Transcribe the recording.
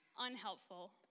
Unhelpful